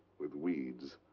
with weeds.